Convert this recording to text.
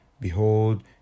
Behold